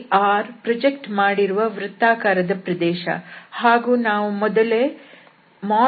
ಇಲ್ಲಿ R project ಮಾಡಿರುವ ವೃತ್ತಾಕಾರದ ಪ್ರದೇಶ ಹಾಗೂ ನಾವು ಮೊದಲೇ ∇f